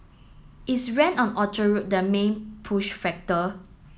is rent on Orchard Road the main push factor